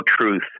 truth